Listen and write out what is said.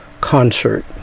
concert